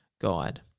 guide